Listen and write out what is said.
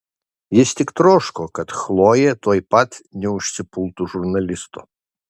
jis tik troško kad chlojė tuoj pat neužsipultų žurnalisto